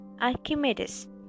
Archimedes